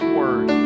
word